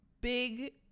big